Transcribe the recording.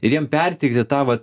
ir jiem perteikti tą vat